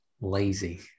Lazy